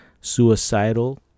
suicidal